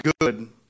good